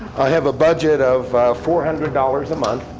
i have a budget of four hundred dollars a month,